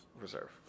Reserve